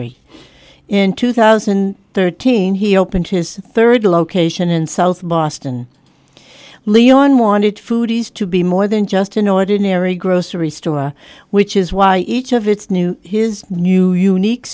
in two thousand thirteen he opened his third location in south boston leon wanted foods to be more than just an ordinary grocery store which is why each of its new his new unique